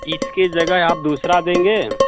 इसके जगह आप दूसरा देंगे